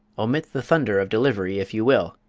omit the thunder of delivery, if you will,